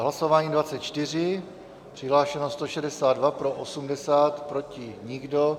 Hlasování 24, přihlášeno 162, pro 80, proti nikdo.